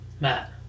Matt